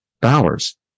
Bowers